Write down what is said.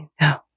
no